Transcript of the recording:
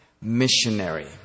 missionary